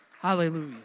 Hallelujah